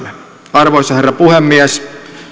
arvoisa herra puhemies